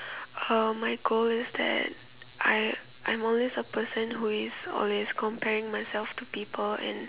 uh my goal is that I I'm always a person who is always comparing myself to people and